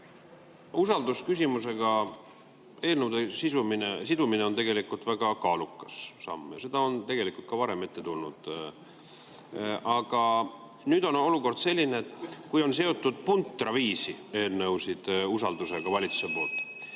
Usaldusküsimusega eelnõude sidumine on tegelikult väga kaalukas samm. Seda on tegelikult ka varem ette tulnud. Aga nüüd on olukord selline, et valitsus on sidunud puntra viisi eelnõusid usaldusega ja ma